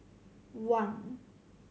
one